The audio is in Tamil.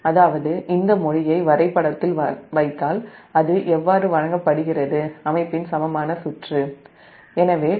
அதாவது இந்த மொழியை வரைபடத்தில் வைத்தால் அது அமைப்பின் சமமான சுற்று எவ்வாறு வழங்கப்படுகிறது